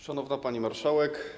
Szanowna Pani Marszałek!